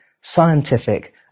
scientific